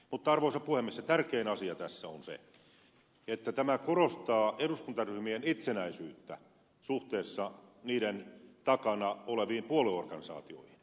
mutta arvoisa puhemies se tärkein asia tässä on se että tämä korostaa eduskuntaryhmien itsenäisyyttä suhteessa niiden takana oleviin puolueorganisaatioihin